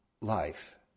life